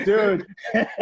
Dude